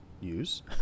use